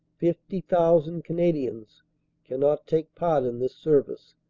fifty thousand canadians cannot take part in this service,